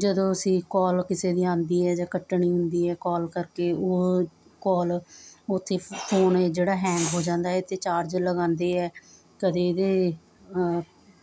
ਜਦੋਂ ਅਸੀਂ ਕਾਲ ਕਿਸੇ ਦੀ ਆਉਂਦੀ ਹੈ ਜਾਂ ਕੱਟਣੀ ਹੁੰਦੀ ਹੈ ਕਾਲ ਕਰਕੇ ਉਹ ਕਾਲ ਉੱਥੇ ਫ਼ੋਨ ਹੈ ਜਿਹੜਾ ਹੈਂਗ ਹੋ ਜਾਂਦਾ ਹੈ ਅਤੇ ਚਾਰਜ ਲਗਾਂਦੇ ਹੈ ਕਦੇ ਇਹਦੇ